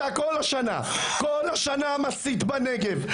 אתה כל השנה מסית בנגב,